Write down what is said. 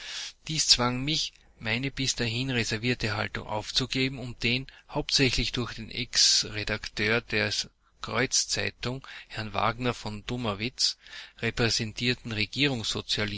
dies zwang mich meine bis dahin reservierte haltung aufzugeben und den hauptsächlich durch den exredakteur der kreuzzeitung herrn wagener von dummerwitz repräsentierten